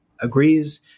agrees